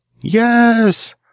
Yes